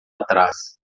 atrás